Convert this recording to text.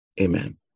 Amen